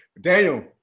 Daniel